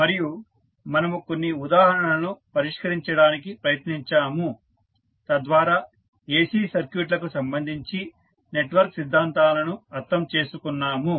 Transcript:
మరియు మనము కొన్ని ఉదాహరణలను పరిష్కరించడానికి ప్రయత్నించాము తద్వారా AC సర్క్యూట్లకు సంబంధించి నెట్వర్క్ సిద్ధాంతాలను అర్థం చేసుకొన్నాము